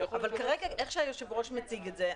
אבל כרגע איך שהיושב-ראש מציג את זה,